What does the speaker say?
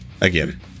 Again